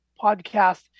podcast